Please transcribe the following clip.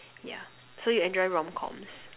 yeah so you enjoy rom-coms